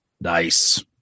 nice